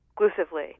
exclusively